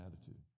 attitude